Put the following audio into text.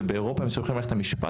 ובאירופה הם סומכים על מערכת המשפט,